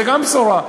גם זו בשורה.